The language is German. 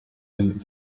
dem